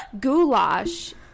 goulash